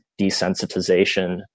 desensitization